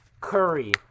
Curry